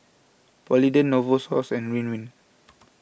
Polident Novosource and Ridwind